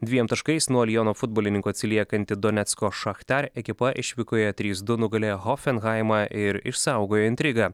dviem taškais nuo liono futbolininkų atsiliekanti donecko šachtar ekipa išvykoje trys du nugalėjo hofenhaimą ir išsaugojo intrigą